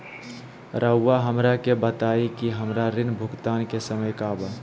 रहुआ हमरा के बताइं कि हमरा ऋण भुगतान के समय का बा?